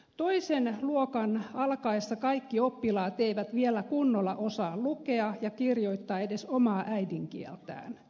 toisen luokan alkaessa kaikki oppilaat eivät vielä kunnolla osaa lukea ja kirjoittaa edes omaa äidinkieltään